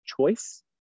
choice